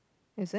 is it